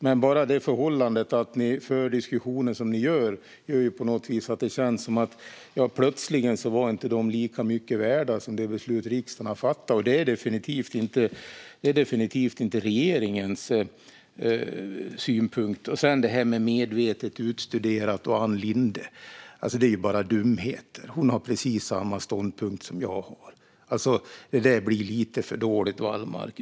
Men bara det förhållandet att ni för diskussionen som ni gör leder på något vis till att det känns som att de plötsligen inte var lika mycket värda som det beslut som riksdagen har fattat, och detta är definitivt inte regeringens synpunkt. Det här med Ann Linde och "medvetet och utstuderat" är ju bara dumheter. Hon har precis samma ståndpunkt som jag har. Det där blir lite för dåligt, Wallmark.